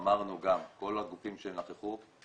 ואמרנו כל הגופים שנכחו,